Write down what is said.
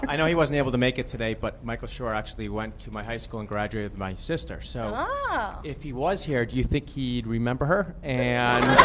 know he wasn't able to make it today but michael schur actually went to my high school and graduated with my sister, so ah if he was here, do you think he'd remember her? and